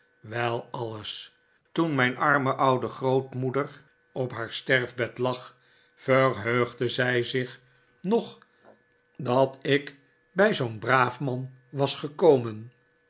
wel alles toen mijn arme oude grootmoeder op haar sterfbed lag verheugde zij zich nog dat ik bij zoo'n braaf man was gekomen